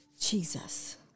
Jesus